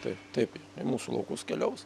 taip taip į mūsų laukus keliaus